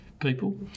people